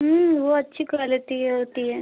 वह अच्छी क्वॉलिटी होती है